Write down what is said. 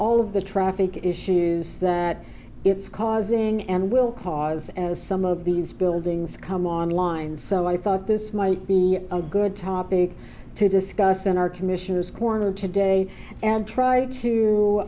all of the traffic issues that it's causing and will cause as some of these buildings come online so i thought this might be a good topic to discuss in our commissioner's corner today and try